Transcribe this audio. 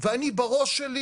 ואפילו ראש ממשלה.